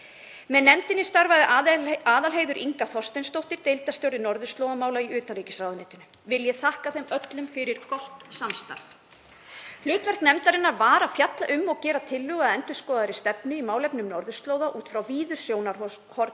Með nefndinni starfaði Aðalheiður Inga Þorsteinsdóttir, deildarstjóri norðurslóðamála í utanríkisráðuneytinu. Vil ég þakka þeim öllum fyrir gott samstarf. Hlutverk nefndarinnar var að fjalla um og gera tillögu að endurskoðaðri stefnu í málefnum norðurslóða út frá víðu sjónarhorni,